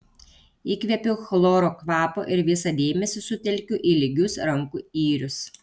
įkvepiu chloro kvapo ir visą dėmesį sutelkiu į lygius rankų yrius